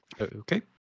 okay